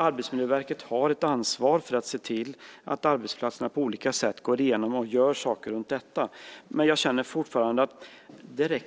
Arbetsmiljöverket har ett ansvar för att se till att arbetsplatserna på olika sätt går igenom och gör saker runt detta, men jag känner fortfarande att det